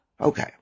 okay